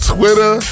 Twitter